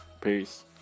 Peace